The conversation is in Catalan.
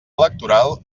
electoral